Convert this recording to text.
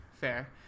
fair